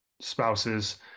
spouses